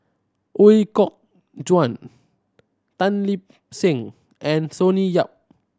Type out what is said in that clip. Ooi Kok Chuen Tan Lip Seng and Sonny Yap